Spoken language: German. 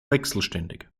wechselständig